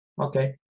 okay